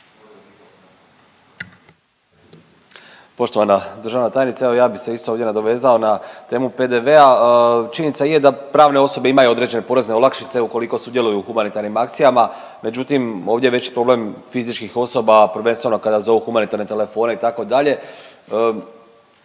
Poštovana državna tajnice evo ja bi se isto ovdje nadovezao na temu PDV-a. Činjenica je da pravne osobe imaju određene porezne olakšice ukoliko sudjeluju u humanitarnim akcijama, međutim ovdje je veći problem fizičkih osoba prvenstveno kada zovu humanitarne telefone itd.